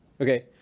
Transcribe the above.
Okay